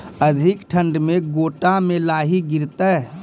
अधिक ठंड मे गोटा मे लाही गिरते?